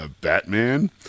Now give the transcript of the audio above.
Batman